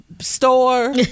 store